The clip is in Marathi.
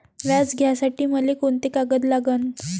व्याज घ्यासाठी मले कोंते कागद लागन?